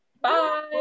Bye